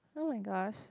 oh-my-gosh